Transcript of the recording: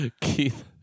Keith